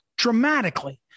Dramatically